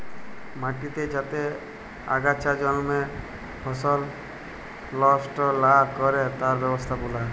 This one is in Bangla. মাটিতে যাতে আগাছা জল্মে ফসল লস্ট লা ক্যরে তার ব্যবস্থাপালা